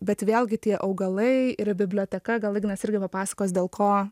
bet vėlgi tie augalai yra biblioteka gal ignas irgi papasakos dėl ko